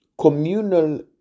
communal